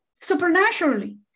supernaturally